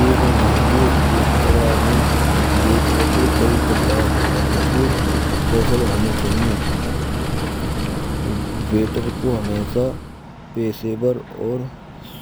Ek mahange restro mein vetar ko kaee prakaar mahattavapoorn kaushal hona chaahie. vetar ko hamesha paesevar aur